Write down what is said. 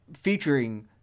featuring